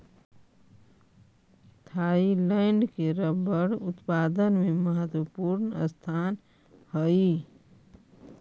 Thailand के rubber उत्पादन में महत्त्वपूर्ण स्थान हइ